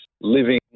living